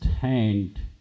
hand